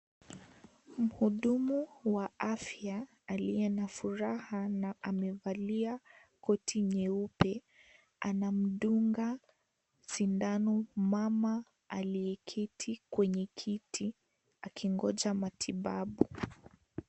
Mhudumu wa afya aliye na furaha na amevalia koti nyeupe, anamdunga sindano mama aliyeketi kwenye kiti akingoja matibabu.